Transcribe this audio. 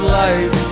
life